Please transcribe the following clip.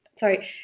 Sorry